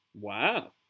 Wow